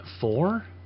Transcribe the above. Four